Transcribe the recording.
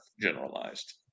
generalized